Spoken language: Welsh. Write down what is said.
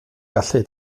gallu